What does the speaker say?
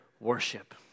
Worship